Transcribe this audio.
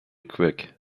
quick